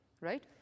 right